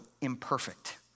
imperfect